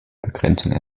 begrenzung